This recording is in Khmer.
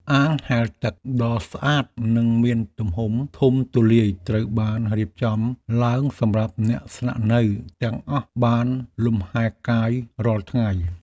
អាងហែលទឹកដ៏ស្អាតនិងមានទំហំធំទូលាយត្រូវបានរៀបចំឡើងសម្រាប់អ្នកស្នាក់នៅទាំងអស់បានលំហែកាយរាល់ថ្ងៃ។